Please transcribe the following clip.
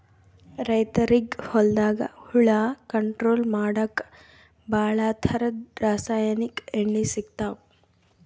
ರೈತರಿಗ್ ಹೊಲ್ದಾಗ ಹುಳ ಕಂಟ್ರೋಲ್ ಮಾಡಕ್ಕ್ ಭಾಳ್ ಥರದ್ ರಾಸಾಯನಿಕ್ ಎಣ್ಣಿ ಸಿಗ್ತಾವ್